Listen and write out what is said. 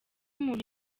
umuntu